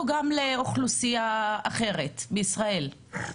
או גם לאוכלוסייה אחרת בישראל?